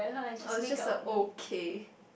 uh it was just a ok